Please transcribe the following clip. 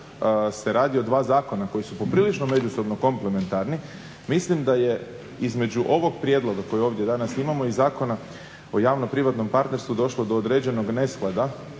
se radi o dva zakona koji su poprilično međusobno komplementarni, mislim da je između ovog prijedloga koji ovdje danas imamo i Zakona o javno-privatnom partnerstvu došlo do određenog nesklada.